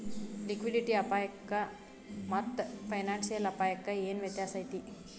Liquidity ಅಪಾಯಕ್ಕಾಮಾತ್ತ financial ಅಪ್ಪಾಯಕ್ಕ ಏನ್ ವ್ಯತ್ಯಾಸೈತಿ?